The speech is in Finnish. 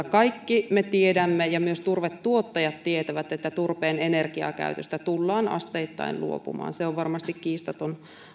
kaikki me tiedämme ja myös turvetuottajat tietävät että turpeen energiakäytöstä tullaan asteittain luopumaan se on varmasti kiistaton